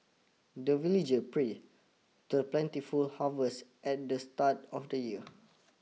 the villager pray the plentiful harvest at the start of the year